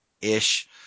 ish